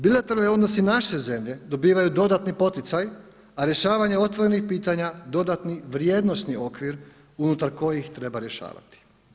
Bilateralni odnosi naše zemlje dobivaju dodani poticaj, a rješavanje otvorenih pitanja dodatni vrijednosni okvir unutar kojih treba rješavati.